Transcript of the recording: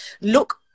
look